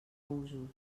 usos